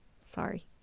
sorry